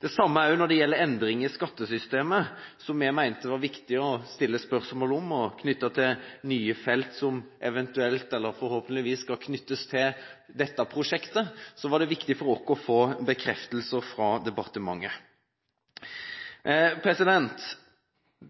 Det samme gjelder også for endringer i skattesystemet. Vi mente at det var viktig å stille spørsmål med hensyn til nye felt som eventuelt – eller forhåpentligvis – skal knyttes til dette prosjektet, og få bekreftelser fra departementet.